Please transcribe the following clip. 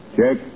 Check